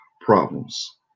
problems